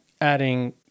adding